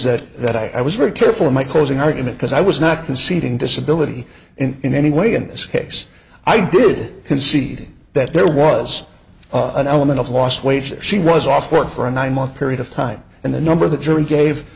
that that i was very careful in my closing argument because i was not conceding disability and in any way in this case i did concede that there was an element of lost wages she was off work for a nine month period of time and the number the jury gave